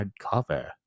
hardcover